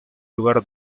lugar